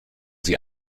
sie